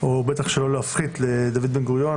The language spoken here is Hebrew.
או בטח שלא להפחית לדוד בן-גוריון.